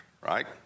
right